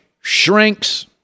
shrinks